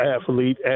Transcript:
athlete